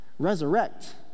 Resurrect